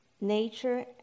nature